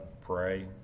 pray